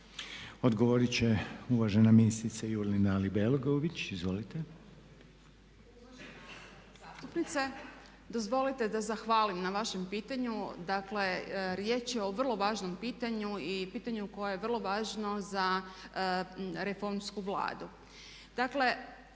Odgovorit će uvažena ministrica Jurlina Alibegović. Izvolite. **Jurlina-Alibegović, Dubravka** Poštovane zastupnice dozvolite da zahvalim na vašem pitanju. Dakle, riječ je o vrlo važnom pitanju i pitanju koje je vrlo važno reformsku Vladu. Dakle,